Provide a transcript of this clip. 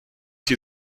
die